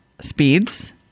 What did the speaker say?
speeds